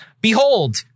Behold